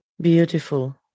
Beautiful